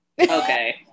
okay